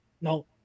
no